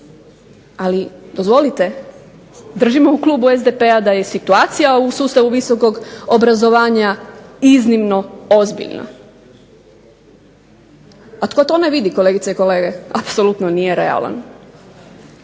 ali dopustite držimo u Klubu SDP-a da je situacija u sustavu visokog obrazovanja iznimno ozbiljna. A tko to ne vidi kolegice i kolege, apsolutno nije realna.